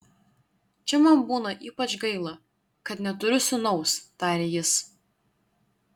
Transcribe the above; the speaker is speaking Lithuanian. čia man būna ypač gaila kad neturiu sūnaus tarė jis